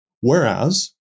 Whereas